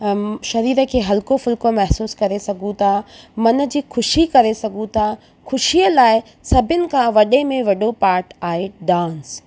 शरीर खे हल्को फुल्को महिसूसु करे सघूं था मन जी ख़ुशी करे सघूं था ख़ुशीअ लाइ सभीनि खां वॾे में वॾो पार्ट आहे डांस